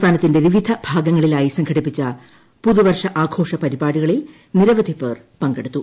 സംസ്ഥാനത്തിന്റെ വിവിധ ഭാഗങ്ങളിലായി സംഘടിപ്പിച്ച പ്പുതുവർഷാഘോഷ പരിപാടികളിൽ നിരവധിപ്പേർ ്പങ്കെടുത്തു